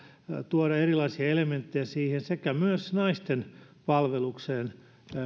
tuoda erilaisia elementtejä siihen sekä myös naisten palvelukseen